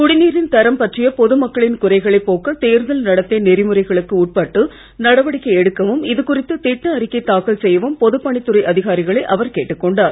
குடிநீரின் தரம் பற்றிய பொது மக்களின் குறைகளை போக்க தேர்தல் நடத்தை நெறிமுறைகளுக்கு உட்பட்டு நடவடிக்கை எடுக்கவும் இது குறித்து திட்ட அறிக்கை தாக்கல் செய்யவும் பொதுப் பணித்துறை அதிகாரிகளை அவர் கேட்டுக் கொண்டார்